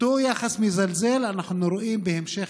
את אותו יחס מזלזל אנחנו רואים בהמשך